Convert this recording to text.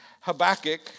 Habakkuk